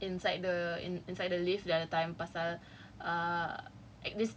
I saw his poster inside the inside the lift the other time pasal